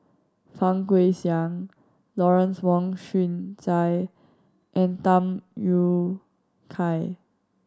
Fang Guixiang Lawrence Wong Shyun Tsai and Tham Yui Kai